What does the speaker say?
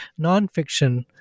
nonfiction